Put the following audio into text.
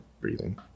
breathing